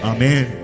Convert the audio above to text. Amen